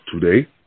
today